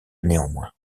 néanmoins